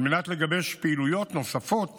על מנת לגבש פעילויות נוספות